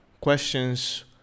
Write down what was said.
questions